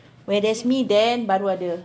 where there's me then baru ada